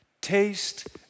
Taste